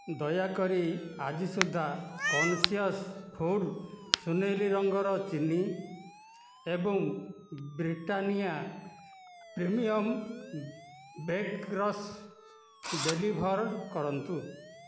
ଦୟାକରି ଆଜି ସୁଦ୍ଧା କନସିୟସ୍ ଫୁଡ଼୍ ସୁନେଲୀ ରଙ୍ଗର ଚିନି ଏବଂ Britannia premium bake rusk deliver କରନ୍ତୁ